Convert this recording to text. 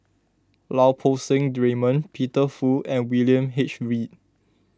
Lau Poo Seng Raymond Peter Fu and William H Read